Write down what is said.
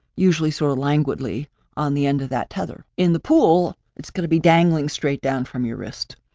usually sort of languidly on the end of that tether. in the pool, it's going to be dangling straight down from your wrist,